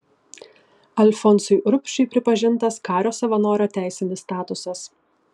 alfonsui urbšiui pripažintas kario savanorio teisinis statusas